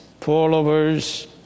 followers